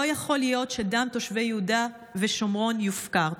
לא יכול להיות שדם תושבי יהודה ושומרון יופקר.